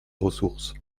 ressources